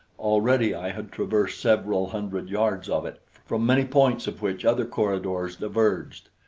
already i had traversed several hundred yards of it, from many points of which other corridors diverged.